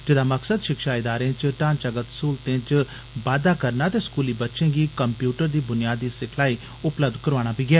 जेदा मकसद शिक्षा इदारें च ढांचागत स्हूलतें च बाद्दा करना ते स्कूली बच्चे गी कम्प्यूटर दी ब्नियादी सिखलाई उपलब्ध करोआना बी ऐ